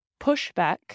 pushback